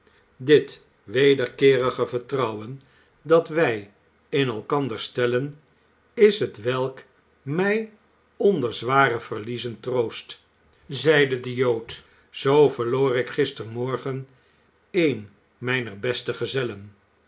dit wederkeerige vertrouwen dat wij in elkander stellen is het t welk mij onder zware verliezen troost zeide de jood zoo verloor ik gistermorgen een mijner beste gezellen